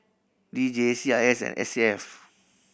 D J C I S and S A F